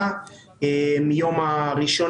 אין שמירה.